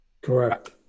Correct